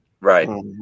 Right